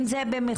אם זה במכוון,